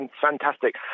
Fantastic